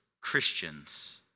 Christians